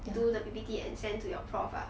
do the P_P_T and send to your prof ah